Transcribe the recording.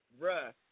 Bruh